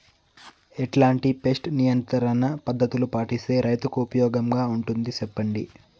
ఎట్లాంటి పెస్ట్ నియంత్రణ పద్ధతులు పాటిస్తే, రైతుకు ఉపయోగంగా ఉంటుంది సెప్పండి?